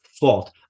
fault